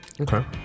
Okay